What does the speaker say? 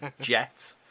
Jet